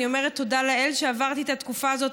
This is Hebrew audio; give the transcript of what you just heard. אני אומרת תודה לאל שעברתי את התקופה הזאת,